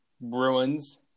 Bruins